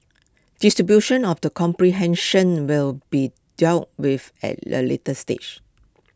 distribution of the comprehension will be dealt with at A later stage